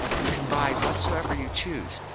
you can buy whatsoever you choose,